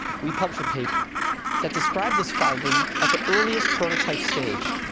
we published a paper that described this finding at the earliest prototype stage.